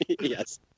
yes